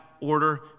order